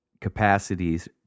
capacities